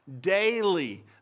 daily